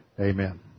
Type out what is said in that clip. Amen